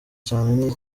cyane